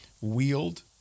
wield